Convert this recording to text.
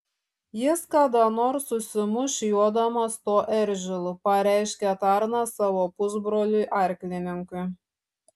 jis kada nors užsimuš jodamas tuo eržilu pareiškė tarnas savo pusbroliui arklininkui